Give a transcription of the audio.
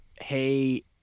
hey